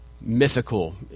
mythical